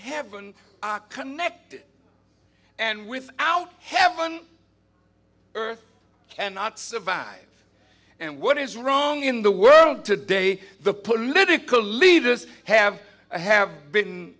heaven are connected and without heaven earth cannot survive and what is wrong in the world today the political leaders have to have been